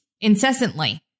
incessantly